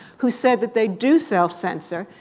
who said that they do self-censor,